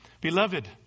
beloved